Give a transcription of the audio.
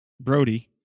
Brody